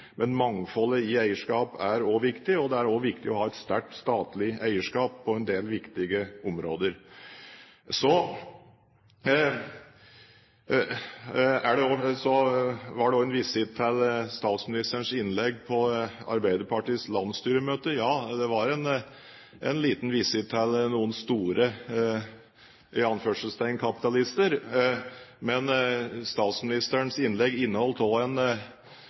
Men mangfoldet i eierskap er også viktig, og det er også viktig å ha et sterkt statlig eierskap på en del viktige områder. Så var det også en visitt til statsministerens innlegg på Arbeiderpartiets landsstyremøte. Ja, det var en liten visitt til noen «store» kapitalister. Men statsministerens innlegg inneholdt også en veldig god og flott omtale av